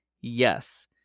Yes